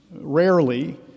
rarely